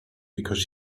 because